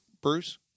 Bruce